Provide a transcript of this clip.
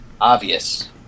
obvious